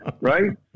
Right